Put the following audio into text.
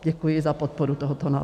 Děkuji za podporu tohoto návrhu.